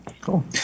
Cool